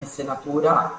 insenatura